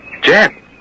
Jack